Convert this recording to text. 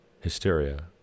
hysteria